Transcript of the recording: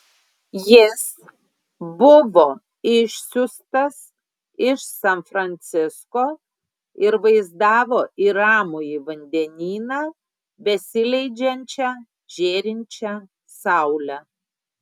jis buvo išsiųstas iš san francisko ir vaizdavo į ramųjį vandenyną besileidžiančią žėrinčią saulę